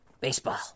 baseball